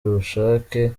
ubushake